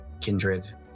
kindred